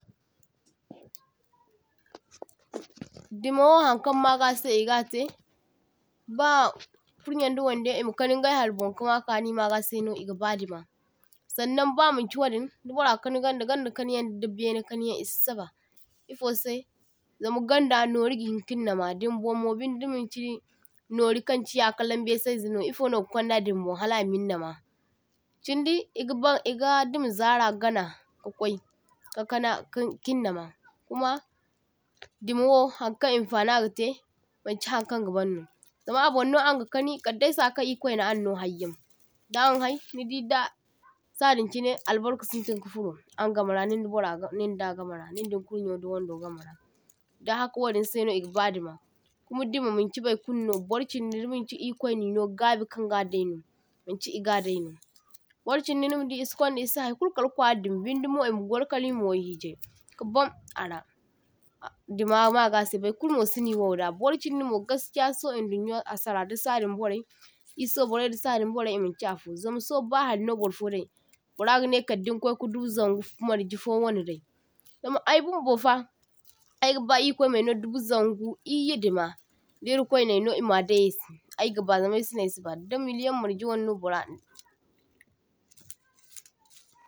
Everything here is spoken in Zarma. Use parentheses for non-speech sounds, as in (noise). (noise) toh – toh Dima wo hankaŋ ma ga se iga te ba kurnyaŋ da wande ima kani ingai hari boŋ kama kani maga se no iga ba dima, sannaŋ ba manchi wadiŋ da bara kani ganda ganda kaniyaŋ da bene kaniyaŋ isi saba ifo se zama ganda nori ga hinkiŋ nama dima mo binde da maŋ chi nori kaŋ chiya kalaŋ besaizano ifo no ga kwanda dima bon hala amiŋ nama. Chindi igi baŋ iga dima zara gana ka kwai ka kana ki kiŋ nama, kuma dima wo hankaŋ infani aga te manchi hankaŋ ga banno zama aboŋ no anga kani kaddai sakaŋ irkwai na anno hayyaŋ, da’an hai nidi da sadiŋ chine albarka sintiŋ ka furo an gama ra niŋ da bara niŋ da gama ra, niŋ daniŋ kurnyo da wando gama ra daŋ haka wadi se no igaba dima. Kuma dima manchi bai kulul no bar chindi di manchi irkwai nino gabi kaŋ ga dai no manchi iga dai no bar chindi nima di isi kwanda ise har kulu kal kwari dimma binde mo ima gwaro kala ima waihijai ka ban ara, dima magase bar kulu si ni waw da bar chindi mo gaskiya sau idonyo a sara, da sadiŋ borai ir so borai da sadin borai I manchi afo zam so ba hari no barfo dai bara gane kaddiŋ kwai kadu zangu marje fo wane dai, zam ai bumbo fah aiga ba irkwai maino dubu zangu iyye dima da irkwai naino ima dai aise aigaba zama ai sine aisi ba, da miliyaŋ marje wanno bara. (noise)